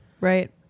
Right